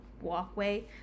walkway